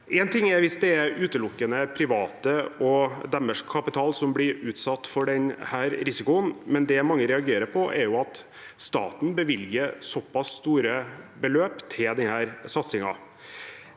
Én ting er hvis det er utelukkende private og deres kapital som blir utsatt for den risikoen, men det mange reagerer på, er at staten bevilger såpass store beløp til denne satsingen.